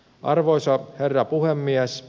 arvoisa herra puhemies